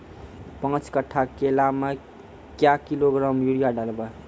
पाँच कट्ठा केला मे क्या किलोग्राम यूरिया डलवा?